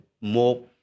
more